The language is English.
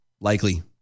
likely